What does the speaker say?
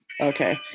Okay